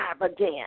again